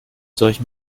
solchen